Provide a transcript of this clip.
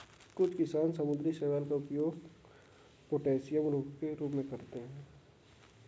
कुछ किसान समुद्री शैवाल का उपयोग पोटेशियम उर्वरकों के रूप में करते हैं